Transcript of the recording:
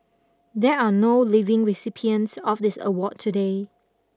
there are no living recipients of this award today